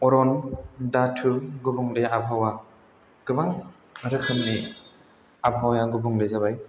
अरन दातु गुबुंले आबहावा गोबां रोखोमनि आबहावाया गुबुंले जाबाय